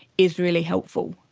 is really helpful.